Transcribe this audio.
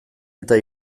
eta